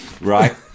right